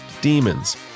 demons